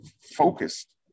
focused